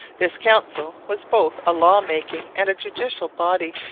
this council was both a law-making and a judicial body.